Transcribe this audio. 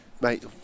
mate